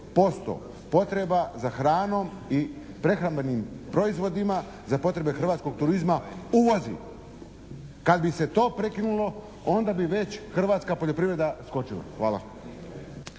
70% potreba za hranom i prehrambenim proizvodima za potrebe hrvatskog turizma uvozi. Kad bi se to prekinulo onda bi već hrvatska poljoprivreda skočila. Hvala.